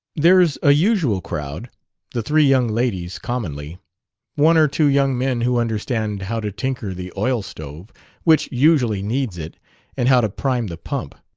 there's a usual crowd the three young ladies, commonly one or two young men who understand how to tinker the oil-stove which usually needs it and how to prime the pump.